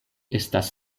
estas